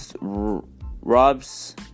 Robs